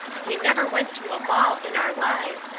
we never went to a ball in our lives,